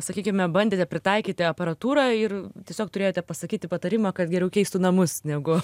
sakykime bandėte pritaikyti aparatūrą ir tiesiog turėjote pasakyti patarimą kad geriau keistų namus negu